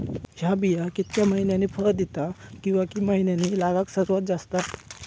हया बिया कितक्या मैन्यानी फळ दिता कीवा की मैन्यानी लागाक सर्वात जाता?